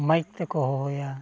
ᱢᱟᱹᱭᱤᱠ ᱛᱮᱠᱚ ᱦᱚᱦᱚᱭᱟ